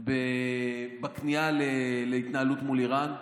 בכניעה בהתנהלות מול איראן.